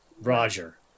Roger